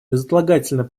безотлагательно